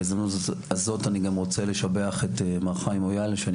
בהזדמנות הזאת אני רוצה לשבח את מר חיים מויאל שאני